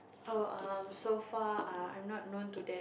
oh um so far uh I'm not known to that